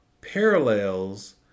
parallels